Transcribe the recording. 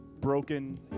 broken